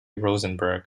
rosenberg